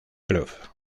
club